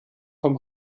vom